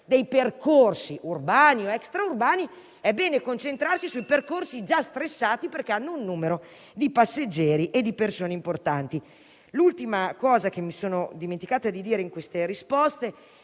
dei percorsi, urbani o extraurbani, è bene concentrarsi sui percorsi già stressati, perché hanno un numero importante di passeggeri e di persone. Un'ultima cosa mi sono dimenticata di dire nelle mie risposte: